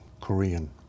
Korean